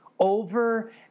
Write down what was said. Over